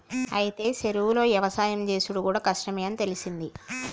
అయితే చెరువులో యవసాయం సేసుడు కూడా కష్టమే అని తెలిసింది